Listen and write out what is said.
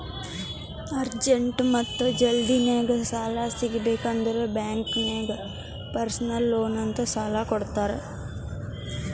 urgent ಮತ್ತ ಜಲ್ದಿನಾಗ್ ಸಾಲ ಸಿಗಬೇಕ್ ಅಂದುರ್ ಬ್ಯಾಂಕ್ ನಾಗ್ ಪರ್ಸನಲ್ ಲೋನ್ ಅಂತ್ ಸಾಲಾ ಕೊಡ್ತಾರ್